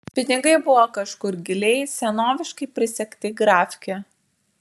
pinigai buvo kažkur giliai senoviškai prisegti grafke